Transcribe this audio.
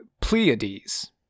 pleiades